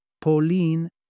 Pauline